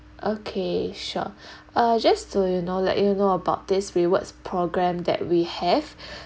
okay sure uh just to you know let you know about this rewards programme that we have